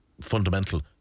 fundamental